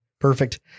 Perfect